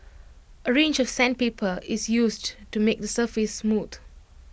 A range of sandpaper is used to make the surface smooth